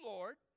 Lord